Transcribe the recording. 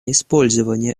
использование